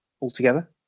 altogether